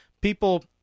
people